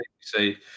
say